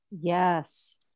Yes